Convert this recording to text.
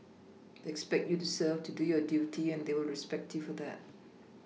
expect you to serve to do your duty and they will respect you for that